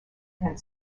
and